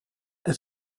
est